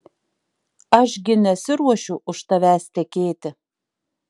aš gi nesiruošiu už tavęs tekėti